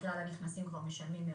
מכלל הנכנסים כבר משלמים מראש,